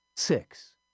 Six